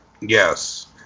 yes